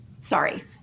Sorry